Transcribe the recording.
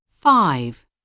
Five